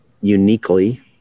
uniquely